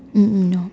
mm mm mm